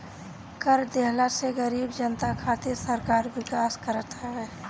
कर देहला से गरीब जनता खातिर सरकार विकास करत हवे